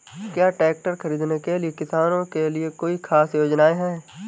क्या ट्रैक्टर खरीदने के लिए किसानों के लिए कोई ख़ास योजनाएं हैं?